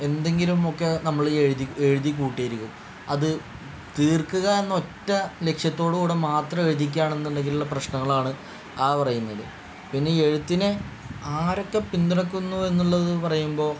എന്തെങ്കിലും ഒക്കെ നമ്മൾ എഴുതി എഴുതി കൂട്ടിയിരിക്കും അത് തീർക്കുക എന്ന ഒറ്റ ലക്ഷ്യത്തോടു കൂടെ മാത്രം എഴുതിക്കുക ആണെന്ന് ഉണ്ടെങ്കിൽ ഉള്ള പ്രശ്നങ്ങളാണ് ആ പറയുന്നത് പിന്നെ എഴുത്തിനെ ആരൊക്കെ പിന്തുണക്കുന്നു എന്നുള്ളത് പറയുമ്പോൾ